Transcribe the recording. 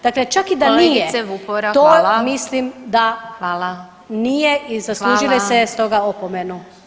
Dakle čak i da nije [[Upadica: Hvala.]] to mislim da [[Upadica: Hvala.]] nije i zaslužile se stoga opomenu.